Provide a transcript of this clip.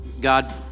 God